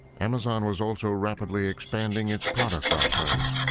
amazon was also rapidly expanding its product offerings,